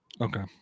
Okay